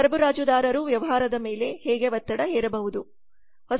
ಸರಬರಾಜುದಾರರು ವ್ಯವಹಾರದ ಮೇಲೆ ಹೇಗೆ ಒತ್ತಡ ಹೇರಬಹುದು